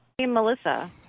Melissa